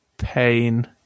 pain